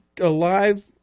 alive